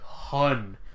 ton